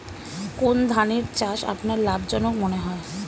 কোন ধানের চাষ আপনার লাভজনক মনে হয়?